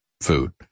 food